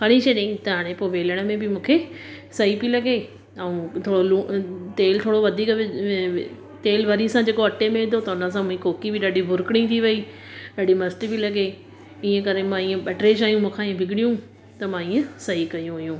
खणी छॾीअ त हाणे पो वेलण में बि मुखे सई पियो लॻे अऊं थोड़ो लुणु तेल थोड़ो वधीक तेल वरी सां जेको अटे में विधो त उन सां कोकी बि ॾाढी भुर्खणी थी वई ॾाढी मस्त पई लॻे ईअं करे मां ईअं ॿ ट्रे शयूं मूंखां ईअं बिगड़ियूं त मां ईअं सई कयूं हुयूं